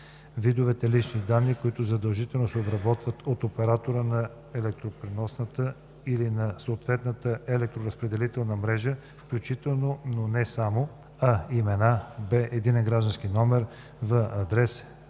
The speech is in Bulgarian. видовете лични данни, които задължително се обработват от оператора на електропреносната или на съответната електроразпределителна мрежа, включително, но не само: а) имена; б) единен граждански номер; в) адрес.“